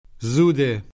Zude